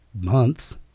months